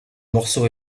morceau